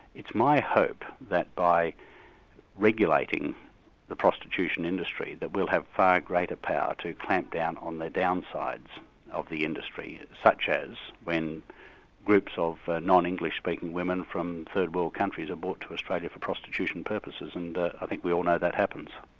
it's my hope that by regulating the prostitution industry that we'll have far greater power to clamp down on the downsides of the industry such as when groups of non-english speaking women from third world countries are brought to australia for prostitution purposes, and i think we all know that happens.